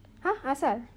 !huh! apa pasal